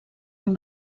amb